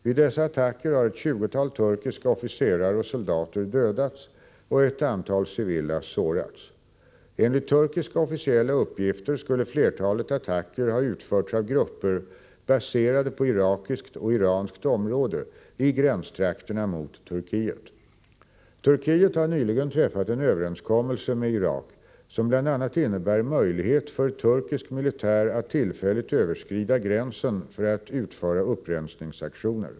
Vid dessa attacker har ett 20-tal turkiska officerare och soldater dödats och ett antal civila sårats. Enligt turkiska officiella uppgifter skulle flertalet attacker ha utförts av grupper baserade på irakiskt och iranskt område i gränstrakterna mot turkiet. Turkiet har nyligen träffat en överenskommelse med Irak som bl.a. innebär möjlighet för turkisk militär att tillfälligt överskrida gränsen för att utföra upprensningsaktioner.